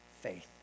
faith